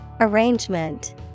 Arrangement